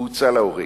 הוא הוצא להורג.